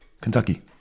Kentucky